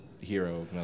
hero